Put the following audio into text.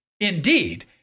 Indeed